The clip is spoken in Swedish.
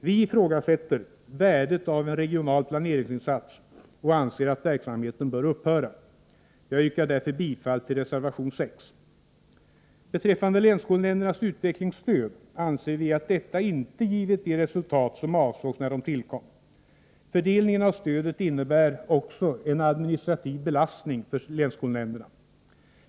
Vi ifrågasätter värdet av en regional planeringsinsats och anser att verksamheten bör upphöra. Jag yrkar därför bifall till reservation 6. Beträffande länsskolnämndernas utvecklingsstöd anser vi att detta inte givit de resultat som avsågs när det tillkom. Fördelningen av stödet innebär också en administrativ belastning för länsskolnämnderna.